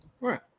Right